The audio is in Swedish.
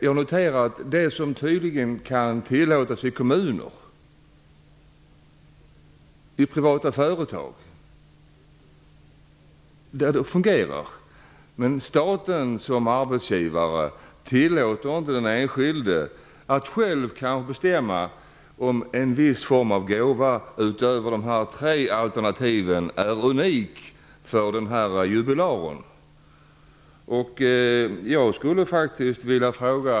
Jag noterar att en ordning som kan tillämpas i kommuner och i privata företag tydligen fungerar, men att staten som arbetsgivare inte tillåter en en skild jubilar att utöver de tre fastställda alternati ven bestämma en viss form av gåva som skulle vara speciell för honom eller henne.